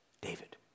David